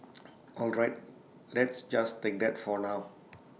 all right let's just take that for now